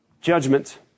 Judgment